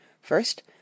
First